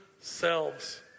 selves